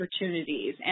opportunities